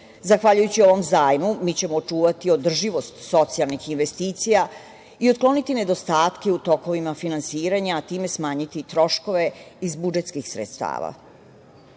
Zahvaljujući ovom zajmu mi ćemo očuvati održivost socijalnih investicija i otkloniti nedostatke u tokovima finansiranja, a time smanjiti i troškove iz budžetskih sredstava. Podsećanja